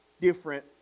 different